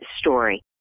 story